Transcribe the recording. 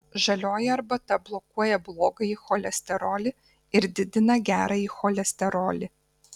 žalioji arbata blokuoja blogąjį cholesterolį ir didina gerąjį cholesterolį